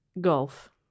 golf